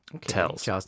tells